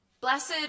Blessed